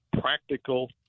practical –